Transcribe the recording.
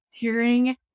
hearing